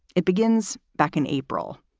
it begins back in april.